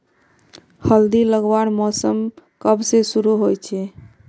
हल्दी लगवार मौसम कब से शुरू होचए?